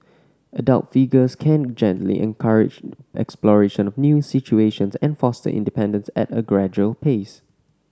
adult figures can gently encourage exploration of new situations and foster independence at a gradual pace